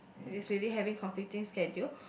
is really having conflicting schedule